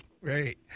right